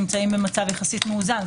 נמצאים במצב יחסית מאוזן.